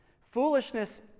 Foolishness